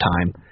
time